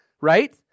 right